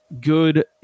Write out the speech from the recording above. good